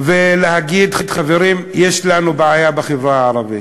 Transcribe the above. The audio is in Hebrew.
ולהגיד: חברים, יש לנו בעיה בחברה הערבית.